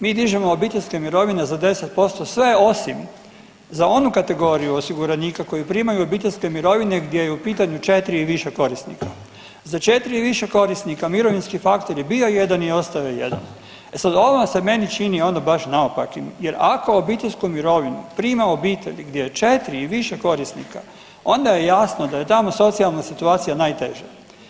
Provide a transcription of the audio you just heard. Mi dižemo obiteljske mirovine za 10% sve osim za onu kategoriju osiguranika koji primaju obiteljske mirovine gdje je u pitanju četri i više korisnika. za četri i više korisnika mirovinski faktor je bio 1 i ostao je 1, e sad ovo se meni čini onda baš naopakim jer ako obiteljsku mirovinu prima obitelj gdje je četri i više korisnika onda je jasno da je tamo socijalna situacija najteža.